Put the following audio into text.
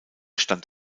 stand